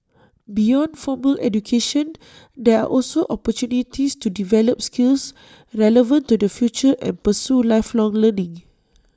beyond formal education there are also opportunities to develop skills relevant to the future and pursue lifelong learning